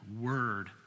word